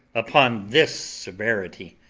upon this severity,